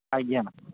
ଆଜ୍ଞା ମ୍ୟାମ୍